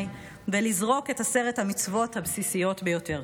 ולזרוק את עשר המצוות הבסיסיות ביותר.